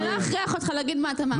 אני לא אכריח אותך להגיד מה דעתך.